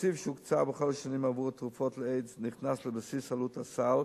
התקציב שהוקצה בכל השנים עבור תרופות לאיידס נכנס לבסיס עלות הסל,